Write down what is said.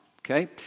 okay